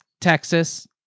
Texas